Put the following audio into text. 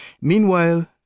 Meanwhile